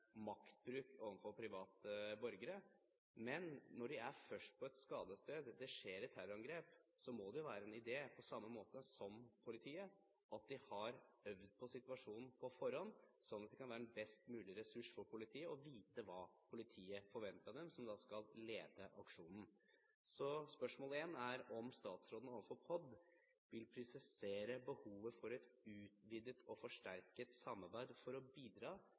maktbruk overfor private borgere, men når de er først på et skadested, og det skjer et terrorangrep, må det jo være en idé, på samme måte som for politiet, at de har øvd på situasjonen på forhånd, sånn at de kan være en best mulig ressurs for politiet, som da skal lede aksjonen, og vite hva politiet forventer av dem. Spørsmål 1 er om statsråden overfor POD vil presisere behovet for et utvidet og forsterket samarbeid for å bidra